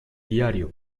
diario